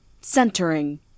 centering